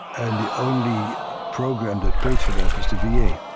and the only program that paid for that was the va. yeah